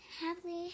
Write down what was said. happily